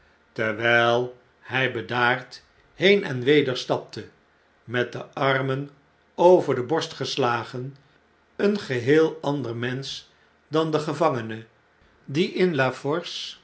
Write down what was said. terwjjl hj bedaard heen en weder stapte met de armen over de borst geslagen een geheel ander mensch dan de gevangene die